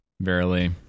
Verily